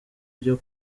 ryo